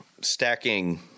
stacking